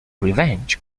revenge